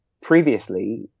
previously